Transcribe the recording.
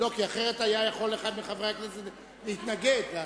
אחרת היה יכול אחד מחברי הכנסת להתנגד להסכמה,